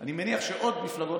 אני מניח שעוד מפלגות